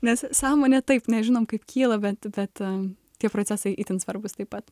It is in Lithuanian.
nes sąmonė taip nežinom kaip kyla bet bet tie procesai itin svarbūs taip pat